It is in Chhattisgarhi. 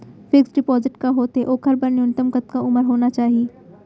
फिक्स डिपोजिट का होथे ओखर बर न्यूनतम कतका उमर होना चाहि?